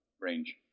range